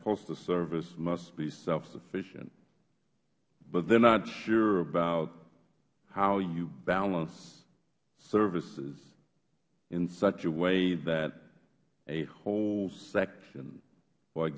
postal service must be self sufficient but they are not sure about how you balance services in such a way that a whole section